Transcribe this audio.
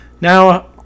Now